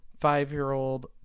five-year-old